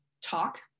talk